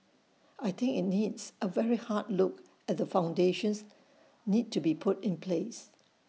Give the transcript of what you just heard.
I think IT needs A very hard look at the foundations need to be put in place